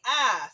ass